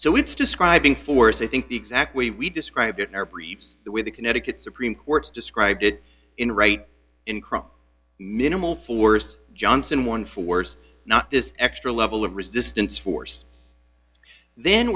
so it's describing force i think the exact way we describe it in our briefs the way the connecticut supreme court's described it in right in crum minimal force johnson one force this extra level of resistance force then